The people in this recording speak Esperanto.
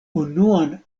unuan